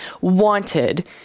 wanted